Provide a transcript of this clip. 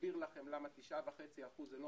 להסביר לכם למה תשעה וחצי אחוז זה לא